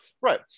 Right